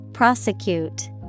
Prosecute